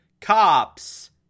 cops